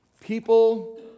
People